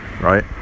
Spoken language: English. right